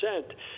percent